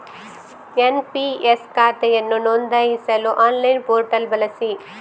NPS ಖಾತೆಯನ್ನು ನೋಂದಾಯಿಸಲು online portal ಬಳಸಿ